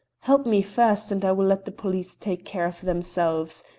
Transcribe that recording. help me first, and i will let the police take care of themselves.